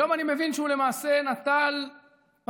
היום אני מבין שהוא למעשה נטל פטיש